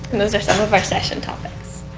those are some of our session topics.